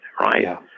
right